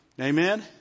Amen